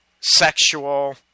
sexual